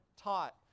taught